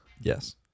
Yes